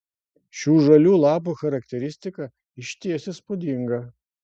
šių žalių lapų charakteristika išties įspūdinga